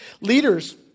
leaders